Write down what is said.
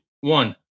one